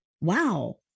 wow